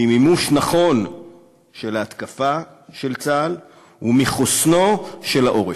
ממימוש נכון של ההתקפה של צה"ל ומחוסנו של העורף.